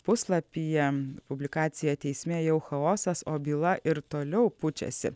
puslapyje publikacija teisme jau chaosas o byla ir toliau pučiasi